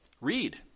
Read